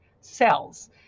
cells